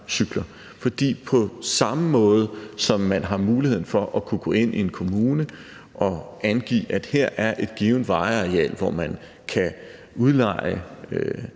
cykler. For på samme måde, som man har mulighed for at kunne gå ind, i en kommune, og angive, at her er et givent vejareal, hvor man kan udleje